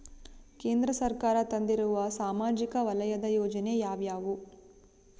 ಕೇಂದ್ರ ಸರ್ಕಾರ ತಂದಿರುವ ಸಾಮಾಜಿಕ ವಲಯದ ಯೋಜನೆ ಯಾವ್ಯಾವು?